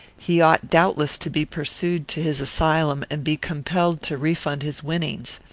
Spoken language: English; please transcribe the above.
he ought doubtless to be pursued to his asylum and be compelled to refund his winnings.